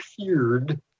appeared